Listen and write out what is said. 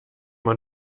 man